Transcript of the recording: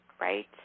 Right